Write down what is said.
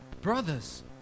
Brothers